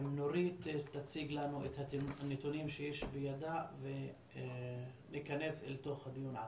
נורית תציג לנו את הנתונים שיש בידה וניכנס אל תוך הדיון עצמו.